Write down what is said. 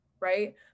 Right